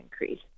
increase